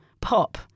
pop